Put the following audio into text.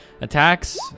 attacks